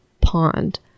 pond